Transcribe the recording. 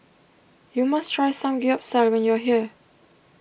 you must try Samgeyopsal when you are here